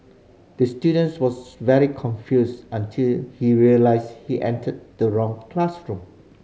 the students was very confused until he realised he entered the wrong classroom